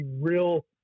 real